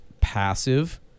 passive